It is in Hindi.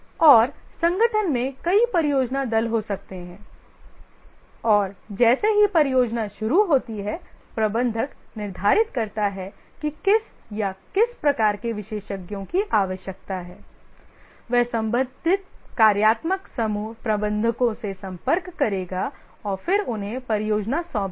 और संगठन में कई परियोजना दल हो सकते हैं और जैसे ही परियोजना शुरू होती है प्रबंधक निर्धारित करता है कि किस या किस प्रकार के विशेषज्ञों की आवश्यकता है वह संबंधित कार्यात्मक समूह प्रबंधकों से संपर्क करेगा और फिर उन्हें परियोजना सौंप देगा